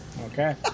Okay